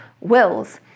wills